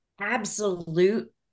absolute